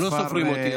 הם לא סופרים אותי.